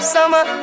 Summer